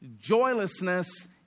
Joylessness